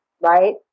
Right